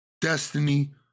Destiny